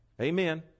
Amen